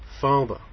Father